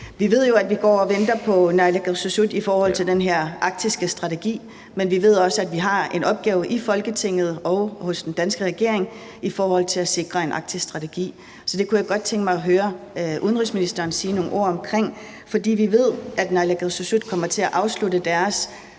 Vi ved jo, at vi går og venter på naalakkersuisut i forhold til den her arktiske strategi, men vi ved også, at vi har en opgave i Folketinget og hos den danske regering i forhold til at sikre en arktisk strategi, så det kunne jeg godt tænke mig at høre udenrigsministeren sige nogle ord omkring. For vi ved, at naalakkersuisut kommer til at afslutte deres